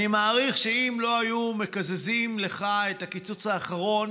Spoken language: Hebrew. אני מעריך שאם לא היו מקזזים לך את הקיצוץ האחרון